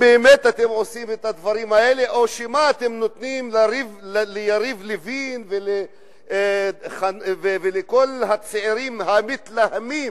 או שמא אתם נותנים ליריב לוין ולכל הצעירים המתלהמים,